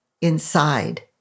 inside